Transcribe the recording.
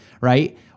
right